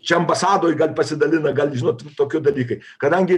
čia ambasadoj gal pasidalina gal žinot tokiu dalykai kadangi